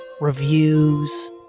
reviews